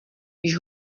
již